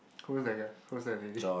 who's that guy who's that lady